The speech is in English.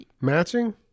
Matching